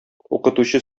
укытучы